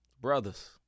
Brothers